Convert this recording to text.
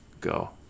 go